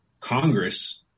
Congress